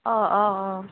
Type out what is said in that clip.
অ অ অ